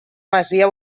masia